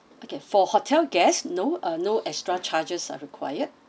okay for hotel guests no uh no extra charges are required